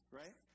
right